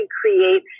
create